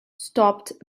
stopped